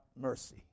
mercy